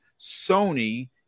Sony